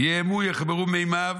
"יהמו יֶחְמְרוּ מימיו